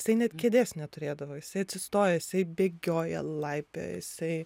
jisai net kėdės neturėdavo jisai atsistoja jisai bėgioja laipioja jisai